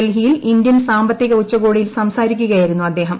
ഡൽഹിയിൽ ഇന്ത്യൻ സാമ്പത്തിക ഉച്ചകോടിയിൽ സംസാരിക്കുകയായിരുന്നു അദ്ദേഹം